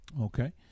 Okay